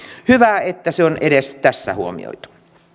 hyvä että se on edes tässä huomioitu